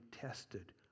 tested